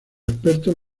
expertos